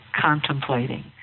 contemplating